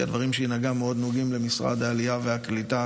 כי הדברים שהיא נגעה בהם מאוד נוגעים למשרד העלייה והקליטה,